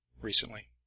recently